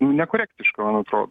nekorektiška man atrodo